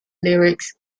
lyrics